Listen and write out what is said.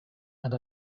and